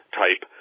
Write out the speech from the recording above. type